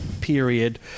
period